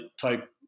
type